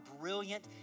brilliant